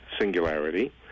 singularity